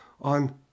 on